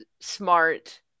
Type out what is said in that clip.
smart